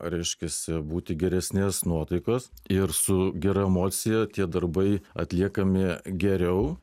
reiškiasi būti geresnės nuotaikos ir su gera emocija tie darbai atliekami geriau